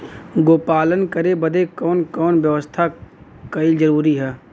गोपालन करे बदे कवन कवन व्यवस्था कइल जरूरी ह?